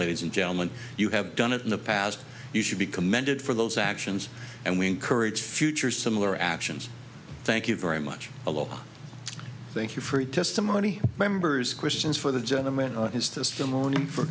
ladies and gentlemen you have done it in the past you should be commended for those actions and we encourage future similar actions thank you very much alone thank you for the testimony members questions for the gentleman his testimony